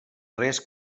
res